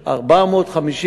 בן פורת יוסף.